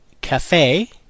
cafe